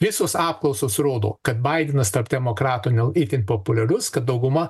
visos apklausos rodo kad baidenas tarp demokratų nėr itin populiarus kad dauguma